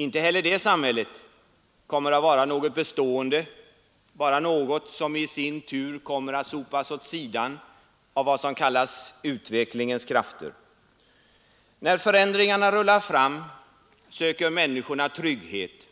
Inte heller det samhället kommer att vara något bestående, bara något som i sin tur kommer att sopas åt sidan av vad som kallas utvecklingens krafter. När förändringen rullar fram söker människorna trygghet.